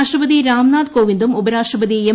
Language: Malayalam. രാഷ്ട്രപതി രാംനാഥ് കോവിന്ദുർ ഉപരാഷ്ട്രപതി എം